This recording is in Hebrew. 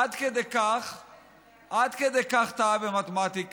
עד כדי כך טעה במתמטיקה,